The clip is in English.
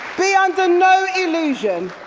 be under no illusion,